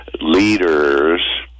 leaders